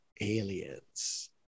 aliens